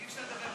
החליפו.